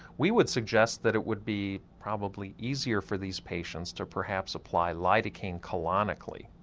we would suggest that it would be probably easier for these patients to perhaps apply lidocaine colonically,